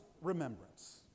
remembrance